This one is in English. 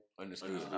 understood